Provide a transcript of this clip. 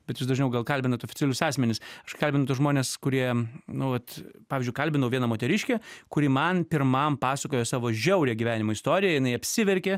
bet jūs dažniau gal kalbinat oficialius asmenis aš kalbinu tuos žmones kurie nu vat pavyzdžiui kalbinau vieną moteriškę kuri man pirmam pasakojo savo žiaurią gyvenimo istoriją jinai apsiverkė